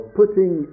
putting